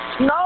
No